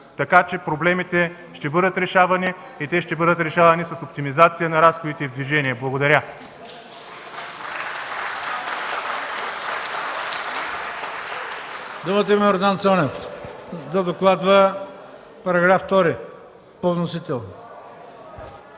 Така че проблемите ще бъдат решавани и те ще бъдат решавани с оптимизация на разходите в движение. Благодаря.